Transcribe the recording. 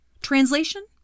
Translation